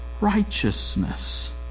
righteousness